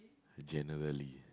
generally